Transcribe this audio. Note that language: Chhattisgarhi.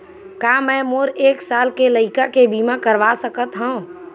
का मै मोर एक साल के लइका के बीमा करवा सकत हव?